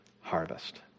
harvest